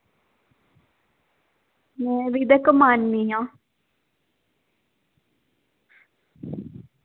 में केह्ड़ा कमानी आं